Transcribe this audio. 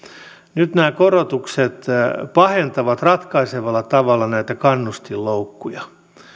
nyt nämä korotukset pahentavat ratkaisevalla tavalla näitä kannustinloukkuja